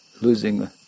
losing